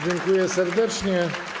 Dziękuję serdecznie.